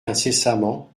incessamment